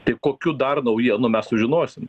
tai kokių dar naujienų mes sužinosim